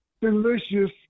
delicious